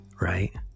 right